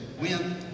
win